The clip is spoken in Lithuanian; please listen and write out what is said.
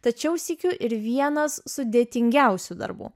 tačiau sykiu ir vienas sudėtingiausių darbų